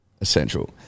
essential